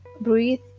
breathe